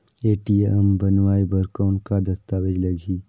ATM बनवाय बर कौन का दस्तावेज लगही?